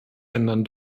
ändern